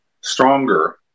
stronger